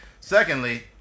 Secondly